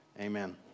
amen